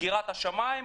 סגירת השמים,